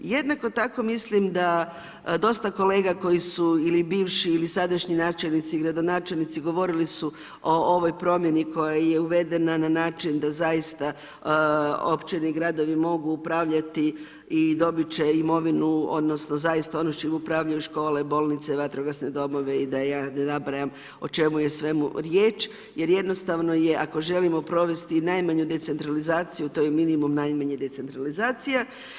Jednako tako mislim da dosta kolega koji su ili bivši ili sadašnji načelnici i gradonačelnici govorili su o ovoj promjeni koja je uvedena na način da zaista općine i gradovi mogu upravljati i dobit će imovinu odnosno zaista ono s čim upravljaju škole, bolnice, vatrogasni domovi i da ja ne nabrajam o čemu je svemu riječ jer jednostavno je ako želimo provesti i najmanju decentralizaciju, to je minimum najmanje decentralizacija.